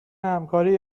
همکاری